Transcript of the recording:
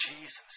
Jesus